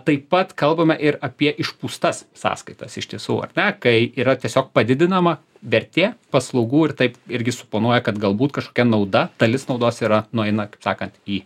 taip pat kalbame ir apie išpūstas sąskaitas iš tiesų ar ne kai yra tiesiog padidinama vertė paslaugų ir taip irgi suponuoja kad galbūt kažkokia nauda dalis naudos yra nueina kaip sakant į